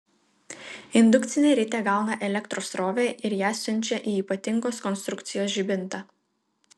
indukcinė ritė gauna elektros srovę ir ją siunčia į ypatingos konstrukcijos žibintą